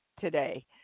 today